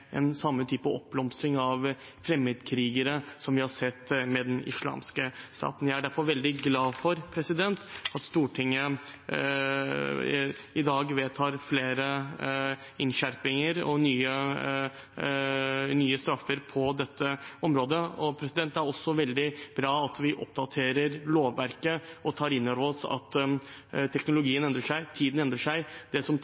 en samme type oppblomstring av fremmedkrigere som vi har sett med den islamske staten. Jeg er derfor veldig glad for at Stortinget i dag vedtar flere innskjerpinger og nye straffer på dette området. Det er også veldig bra at vi oppdaterer lovverket og tar inn over oss at teknologien endrer seg, tiden endrer seg. Der det